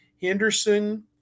Henderson